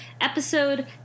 episode